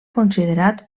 considerat